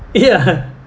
ya